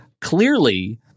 clearly—